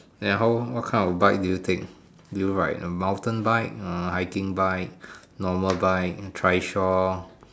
ya how what kind of bike do you take do you ride a mountain bike a hiding bike a normal bike a trishaw